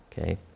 okay